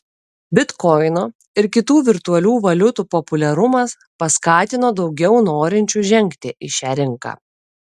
bitkoino ir kitų virtualių valiutų populiarumas paskatino daugiau norinčių žengti į šią rinką